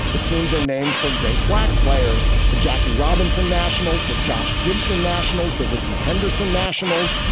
the teams are named for great black players, the jackie robinson nationals, the josh gibson nationals, the rickey henderson nationals,